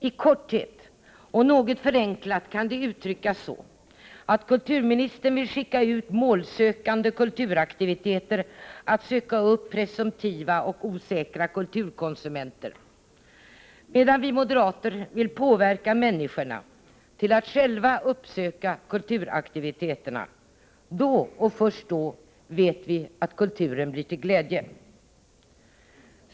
I korthet och något förenklat kan det uttryckas så, att kulturministern vill skicka ut målsökande kulturaktiviteter att söka upp presumtiva och osäkra kulturkonsumenter, medan vi moderater vill påverka människorna till att själva uppsöka kulturaktiviteterna. Då, och först då, vet vi att kulturen blir till glädje.